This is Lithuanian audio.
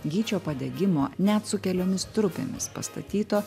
gyčio padegimo net su keliomis trupėmis pastatyto